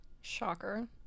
Shocker